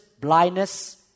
blindness